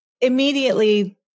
immediately